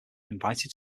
invited